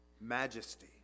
majesty